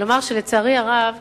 ולומר שלצערי הרב,